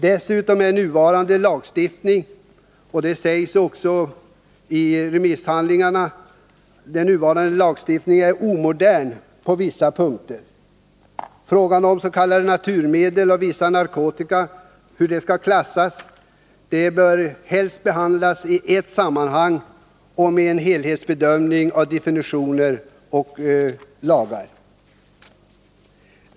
Dessutom är nuvarande lagstiftning — det sägs också i remisshandlingarna — omodern på vissa punkter. Frågan om hur s.k. naturmedel och vissa narkotika skall klassas bör behandlas i ett sammanhang och med en helhetsbedömning av definitioner och lagar.